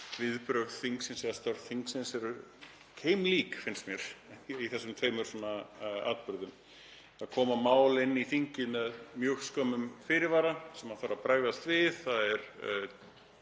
viðbrögð þingsins eða störf þingsins eru keimlík, finnst mér, í þessum tveimur atburðum. Það koma mál inn í þingið með mjög skömmum fyrirvara sem þarf að bregðast við. Það er